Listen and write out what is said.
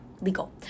legal